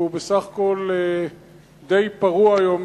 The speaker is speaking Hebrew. שהוא בסך הכול די פרוע היום,